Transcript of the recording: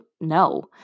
no